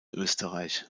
österreich